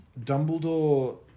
Dumbledore